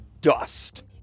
dust